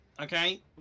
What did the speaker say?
Okay